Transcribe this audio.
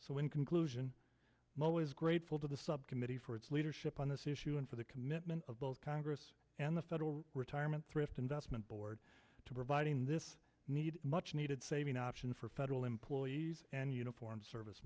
in conclusion mo is grateful to the subcommittee for its leadership on this issue and for the commitment of both congress and the federal retirement thrift investment board to providing this need much needed saving option for federal employees and uniformed service